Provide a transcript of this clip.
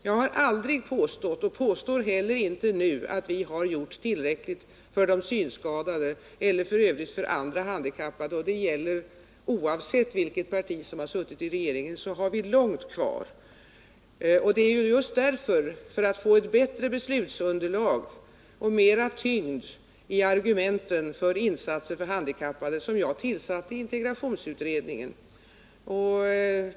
Jag har aldrig påstått och påstår heller inte nu att vi har gjort tillräckligt för de synskadade och f. ö. inte heller för andra handikappade. Det gäller oavsett vilket parti som suttit i regeringen. Vi har långt kvar. Det var just för att få ett bättre beslutsunderlag och mer tyngd i argumenten för insatser för handikappade som jag tillsatte integrationsutredningen.